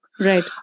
Right